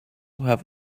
have